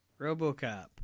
Robocop